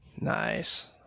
Nice